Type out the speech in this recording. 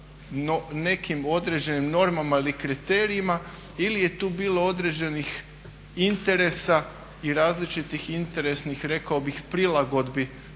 nekim određenim normama ili kriterijima ili je tu bilo određenih interesa i različitih interesnih rekao bih prilagodbi